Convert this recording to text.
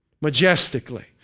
Majestically